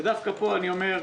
ודווקא פה אני אומר,